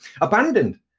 abandoned